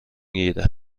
گیره